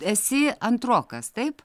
esi antrokas taip